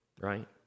right